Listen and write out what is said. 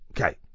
Okay